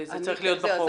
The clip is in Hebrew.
שזה צריך להיות בחוק.